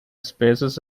spaces